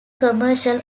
commercial